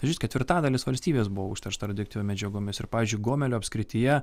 iš vis ketvirtadalis valstybės buvo užteršta radioktyviom medžiagomis ir pavyzdžiui gomelio apskrityje